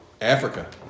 Africa